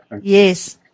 Yes